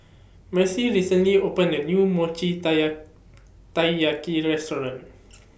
Marcie recently opened A New Mochi Taiyaki Restaurant